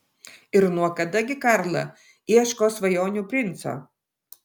ir nuo kada gi karla ieško svajonių princo